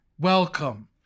Welcome